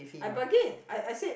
I bargain I I said